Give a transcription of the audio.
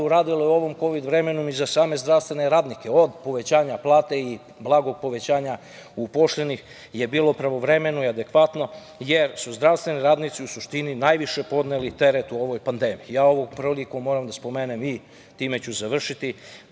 uradila u ovom kovid vremenu i za same zdravstvene radnike, od povećanja plate i blagog povećanja upošljenih je bilo pravovremeno i adekvatno, jer su zdravstveni radnici, u suštini, najviše podneli teret u ovoj pandemiji. Ovom prilikom moram da spomenem sistem obrazovanja,